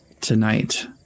tonight